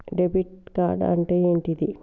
Debit card అంటే ఏంటిది?